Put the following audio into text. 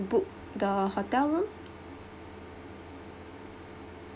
book the hotel room